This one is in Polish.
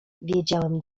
wiedziałem